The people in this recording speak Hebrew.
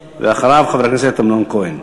ואחריו, חבר הכנסת אמנון כהן.